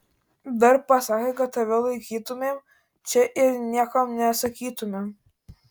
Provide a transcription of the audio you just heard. dar pasakė kad tave laikytumėm čia ir niekam nesakytumėm